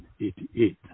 1888